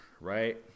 right